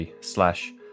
slash